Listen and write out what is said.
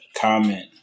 comment